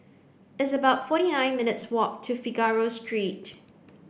it's about forty nine minutes' walk to Figaro Street